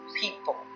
people